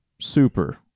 super